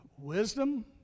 wisdom